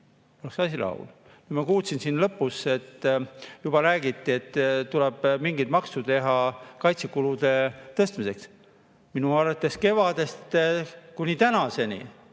oleks asi rahul. Ma kuulsin siin lõpus, et juba räägiti, et tuleb mingit maksu teha kaitsekulude tõstmiseks. Minu arvates on kevadest kuni tänaseni